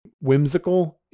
whimsical